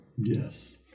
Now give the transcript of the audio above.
Yes